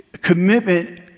commitment